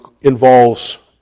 involves